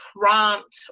prompt